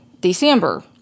December